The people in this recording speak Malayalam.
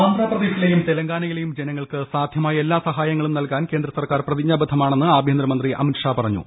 ആന്ധ്രാപ്രദേശിലെയും തെലങ്കാനയിലെയും ജനങ്ങൾക്ക് സാധ്യമായ എല്ലാ സഹായങ്ങളും നൽകാൻ കേന്ദ്രസർക്കാർ പ്രതിജ്ഞാബദ്ധമാണെന്ന് ആഭ്യന്തരമന്ത്രി അമിത് ഷാ പറഞ്ഞു